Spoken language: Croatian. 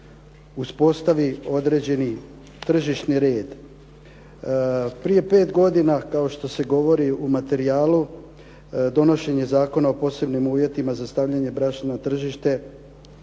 uspostavi određeni tržišni red. Prije 5 godina kao što se govori u materijalu donošenje Zakona o posebnim uvjetima za stavljanje brašna na tržište